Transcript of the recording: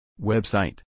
Website